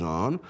on